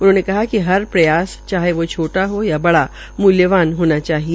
उन्होंने कहा कि हर प्रयास चाहे छोटा हो या बड़ा मूल्यावान होना चाहिए